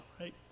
right